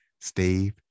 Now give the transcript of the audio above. Steve